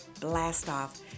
Blast-Off